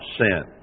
sin